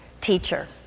teacher